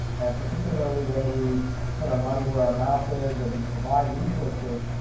and particularly when we put our money where our mouth is and provide resources,